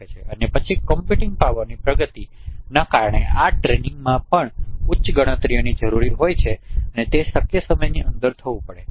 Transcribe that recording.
અને પછી કમ્પ્યુટિંગ પાવરની પ્રગતિના કારણે આ ટ્રેનિંગમાં પણ ઉચ્ચ ગણતરીઓની જરૂર હોય છે અને તે શક્ય સમયની અંદર થવું પડે છે